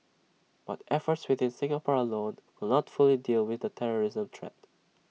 but efforts within Singapore alone will not fully deal with the terrorism threat